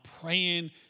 praying